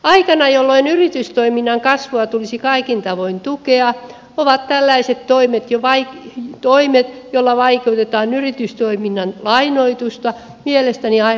aikana jolloin yritystoiminnan kasvua tulisi kaikin tavoin tukea ovat tällaiset toimet joilla vaikeutetaan yritystoiminnan lainoitusta mielestäni aivan hölmöjä